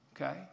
okay